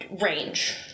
range